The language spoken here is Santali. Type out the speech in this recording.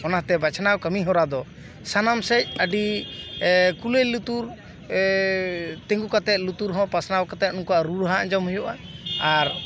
ᱚᱱᱟᱛᱮ ᱵᱟᱪᱷᱱᱟᱣ ᱠᱟᱹᱢᱤ ᱦᱚᱨᱟ ᱫᱚ ᱥᱟᱱᱟᱢ ᱥᱮᱡ ᱟᱹᱰᱤ ᱠᱩᱞᱟᱹᱭ ᱞᱩᱛᱩᱨ ᱛᱤᱸᱜᱩ ᱠᱟᱛᱮᱫ ᱞᱩᱛᱩᱨ ᱦᱚᱸ ᱯᱟᱥᱱᱟᱣ ᱠᱟᱛᱮᱫ ᱩᱱᱠᱩᱣᱟᱜ ᱨᱩ ᱨᱟᱦᱟ ᱟᱸᱡᱚᱢ ᱦᱩᱭᱩᱜᱼᱟ ᱟᱨ